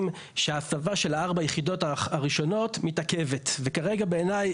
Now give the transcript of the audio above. שהסבה של 4 היחידות הראשונות מתעכבת וכרגע בעיניי,